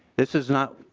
this is not